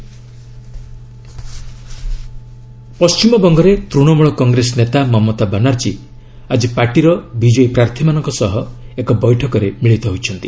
WB politics ପଣ୍ଟିମବଙ୍ଗରେ ତୃଣମୂଳ କଂଗ୍ରେସ ନେତା ମମତା ବାନାର୍ଜୀ ଆଜି ପାର୍ଟିର ବିଜୟୀ ପ୍ରାର୍ଥୀମାନଙ୍କ ସହ ଏକ ବୈଠକରେ ମିଳିତ ହୋଇଛନ୍ତି